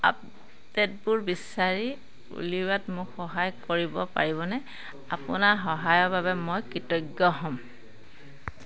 আপডে'টবোৰ বিচাৰি উলিওৱাত মোক সহায় কৰিব পাৰিবনে আপোনাৰ সহায়ৰ বাবে মই কৃতজ্ঞ হ'ম